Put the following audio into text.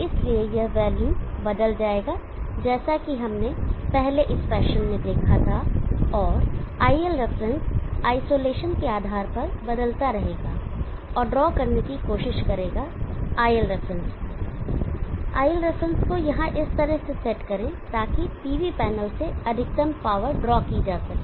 इसलिए यह वैल्यू बदल जाएगा जैसा कि हमने पहले इस फैशन में देखा था और iL रेफरेंस आइसोलेशन के आधार पर बदलता रहेगा और ड्रॉ करने की कोशिश करेगा iL रेफरेंस को यहां इस तरह से सेट करें ताकि PV पैनल से अधिकतम पावर ड्रॉ की जा सके